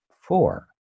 four